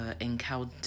encountered